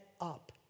up